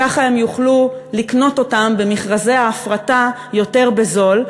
כך הם יוכלו לקנות אותם במכרזי ההפרטה יותר בזול,